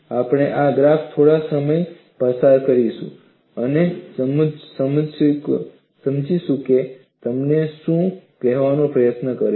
આપણે આ ગ્રાફ પર થોડો સમય પસાર કરીશું અને સમજીશું કે તે તમને શું કહેવાનો પ્રયત્ન કરે છે